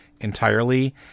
entirely